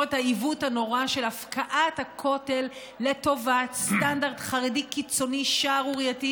את העיוות הנורא של הפקעת הכותל לטובת סטנדרט חרדי קיצוני שערורייתי,